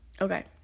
Okay